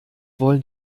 wollen